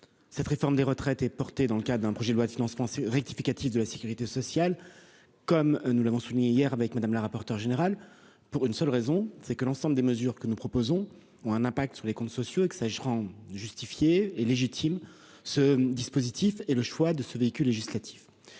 Cette réforme des retraites est porté dans le cas d'un projet de loi de financement rectificatif de la Sécurité sociale, comme nous l'avons souligné hier avec madame la rapporteure générale pour une seule raison, c'est que l'ensemble des mesures que nous proposons, ont un impact sur les comptes sociaux et que ça. Justifié et légitime. Ce dispositif et le choix de ce véhicule législatif.